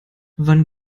wann